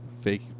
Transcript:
fake